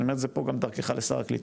אני אומר את זה פה דרכך גם לשר הקליטה,